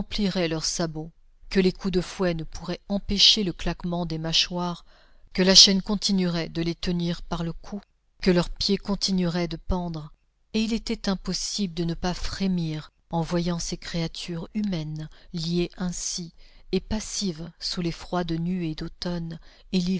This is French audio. leurs sabots que les coups de fouet ne pourraient empêcher le claquement des mâchoires que la chaîne continuerait de les tenir par le cou que leurs pieds continueraient de pendre et il était impossible de ne pas frémir en voyant ces créatures humaines liées ainsi et passives sous les froides nuées d'automne